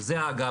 וזה אגב,